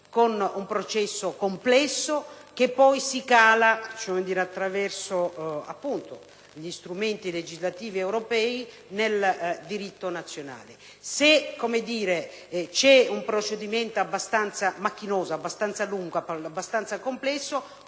con un processo complesso che poi si cala, attraverso gli strumenti legislativi europei, nel diritto nazionale. Se il procedimento è abbastanza macchinoso, lungo e complesso,